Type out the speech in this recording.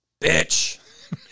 Bitch